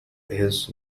his